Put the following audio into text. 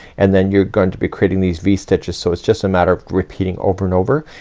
and then you're going to be creating these v-stitches. so it's just a matter of repeating over and over.